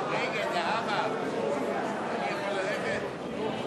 בדבר תיקון טעות בחוק הרשויות המקומיות (מימון בחירות) (תיקון מס' 10),